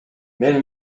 мен